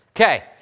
Okay